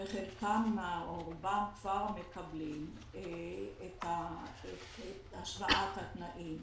חלקם או רובם כבר מקבלים את השוואת התנאים.